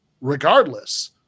regardless